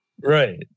Right